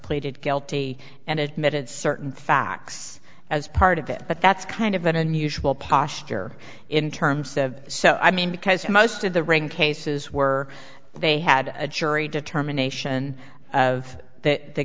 pleaded guilty and admitted certain facts as part of it but that's kind of an unusual posture in terms of so i mean because most of the ring cases were they had a jury determination of